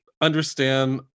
understand